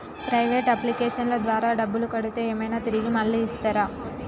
Private అప్లికేషన్ల ద్వారా డబ్బులు కడితే ఏమైనా తిరిగి మళ్ళీ ఇస్తరా?